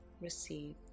Receive